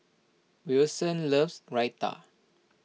Wilson loves Raita